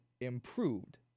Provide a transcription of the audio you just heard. Improved